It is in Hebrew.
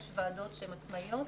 יש ועדות שהן עצמאיות